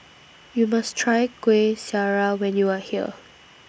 YOU must Try Kuih Syara when YOU Are here